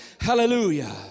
Hallelujah